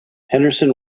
henderson